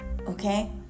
Okay